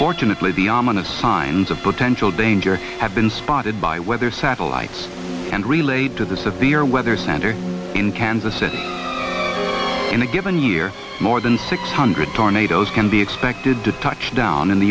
fortunately the ominous signs of potential danger have been spotted by weather satellites and relate to the severe weather center in kansas city in a given year more than six hundred tornadoes can be expected to touch down in the